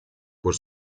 por